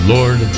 Lord